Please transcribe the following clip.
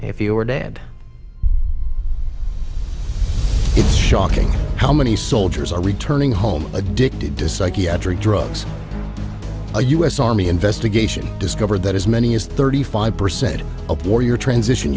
you were dead it's shocking how many soldiers are returning home addicted to psychiatric drugs a u s army investigation discovered that as many as thirty five percent of warrior transition